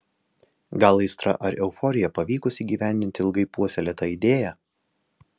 gal aistra ar euforija pavykus įgyvendinti ilgai puoselėtą idėją